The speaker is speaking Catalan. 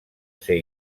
ser